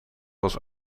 was